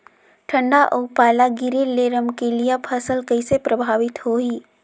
ठंडा अउ पाला गिरे ले रमकलिया फसल कइसे प्रभावित होही?